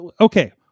Okay